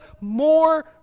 more